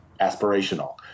aspirational